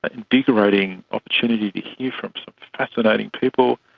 invigorating opportunity to hear from some fascinating people.